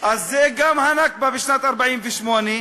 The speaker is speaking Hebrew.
על זה, גם הנכבה בשנת 1948,